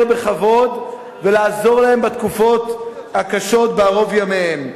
בכבוד ולעזור להם בתקופות הקשות בערוב ימיהם.